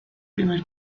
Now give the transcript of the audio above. primer